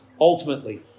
ultimately